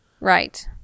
Right